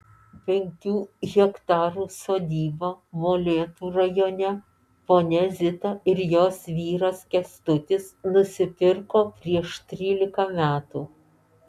penkių hektarų sodybą molėtų rajone ponia zita ir jos vyras kęstutis nusipirko prieš trylika metų